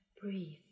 Breathe